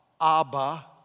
Abba